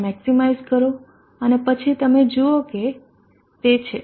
તેને મેક્ષીમાઇઝ કરો અને પછી તમે જુઓ કે તે છે